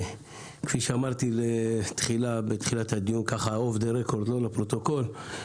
כפי שאמרתי בתחילת הדיון שלא לפרוטוקול,